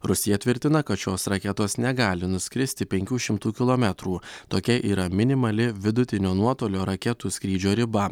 rusija tvirtina kad šios raketos negali nuskristi penkių šimtų kilometrų tokia yra minimali vidutinio nuotolio raketų skrydžio riba